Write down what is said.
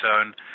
own